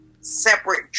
separate